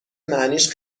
معنیش